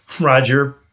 Roger